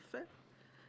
יפה.